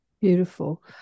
Beautiful